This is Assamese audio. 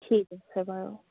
ঠিক আছে বাৰু